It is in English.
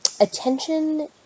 Attention